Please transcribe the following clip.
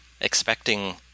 expecting